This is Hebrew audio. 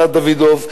ענת דוידוב,